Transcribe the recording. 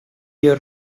your